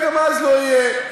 גם אז לא יהיה.